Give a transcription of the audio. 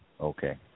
Okay